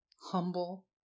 humble